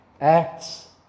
acts